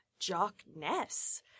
jockness